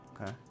okay